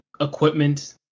equipment